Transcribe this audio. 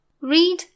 read